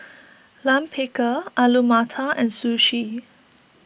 Lime Pickle Alu Matar and Sushi